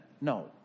No